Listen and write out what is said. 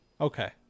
Okay